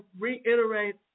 reiterate